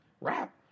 rap